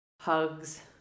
hugs